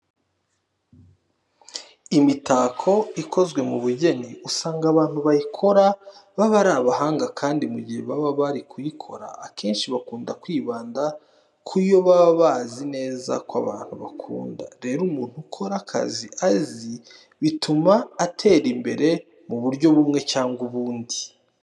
Imitako ikozwe mu bugeni usanga abantu bayikora baba ari abahanga kandi mu gihe baba bari kuyikora akenshi bakunda kwibanda ku yo baba bazi neza ko abantu bakunda. Rero umuntu ukora aka kazi, bituma atera imbere mu buryo bumwe cyangwa ubundi.